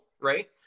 Right